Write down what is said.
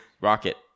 rocket